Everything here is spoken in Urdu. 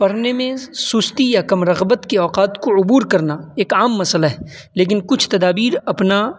پڑھنے میں سستی یا کم رغبت کے اوقات کو عبور کرنا ایک عام مسئلہ ہے لیکن کچھ تدابیر اپنا